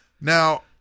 now